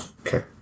Okay